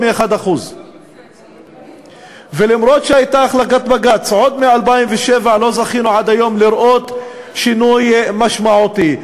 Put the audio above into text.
מאז פסיקת בג"ץ ב-2006 עד היום עוד לא זכינו לראות מפה עדכנית,